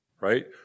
right